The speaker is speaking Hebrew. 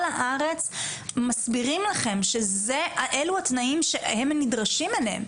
הארץ מסבירים לכם שאלו התנאים שהם נדרשים אליהם?